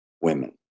women